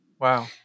Wow